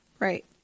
Right